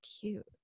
cute